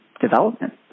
development